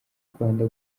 rwanda